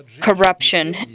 corruption